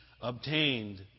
obtained